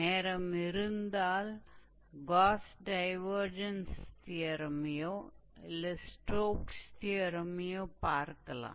நேரம் இருந்தால் Gauss divergence தேற்றத்தையோ ஸ்டோக்ஸ் தேற்றத்தையோ பார்க்கலாம்